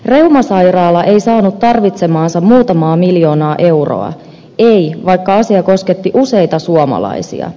reumasairaala ei saanut tarvitsemiansa muutamaa miljoonaa euroa ei vaikka asia kosketti useita suomalaisia